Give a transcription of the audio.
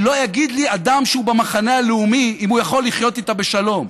לא יגיד לי אדם שהוא במחנה הלאומי אם הוא יכול לחיות איתה בשלום.